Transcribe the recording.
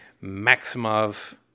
Maximov